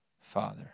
Father